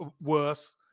worse